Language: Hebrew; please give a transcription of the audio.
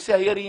בנושא הירי,